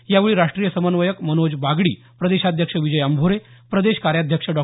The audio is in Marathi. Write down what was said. यावेळी राष्ट्रीय समन्वयक मनोज बागडी प्रदेशाध्यक्ष विजय अंभोरे प्रदेश कार्याध्यक्ष डॉ